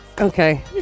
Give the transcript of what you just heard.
Okay